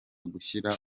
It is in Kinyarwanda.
gushyira